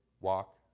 walk